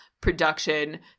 production